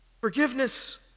Forgiveness